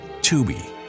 Tubi